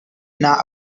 not